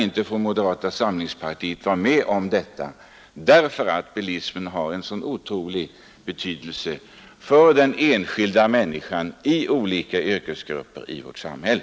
Vi i moderata samlingspartiet kan inte vara med om detta förrän vägkostnadsutredningen är färdig med sitt betänkande.